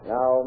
Now